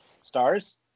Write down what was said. Stars